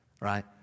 right